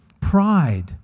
pride